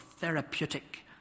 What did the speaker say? therapeutic